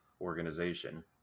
organization